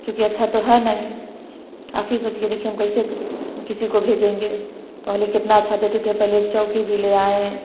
क्योंकि अच्छा तो है नहीं आप ही सोच देख हम कैसे किसी को भेजेंगे पहले कितना अच्छा देते थे पहले चौकी भी ले आए